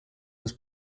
was